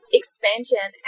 expansion